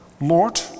Lord